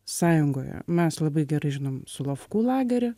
sąjungoje mes labai gerai žinom solovkų lagerį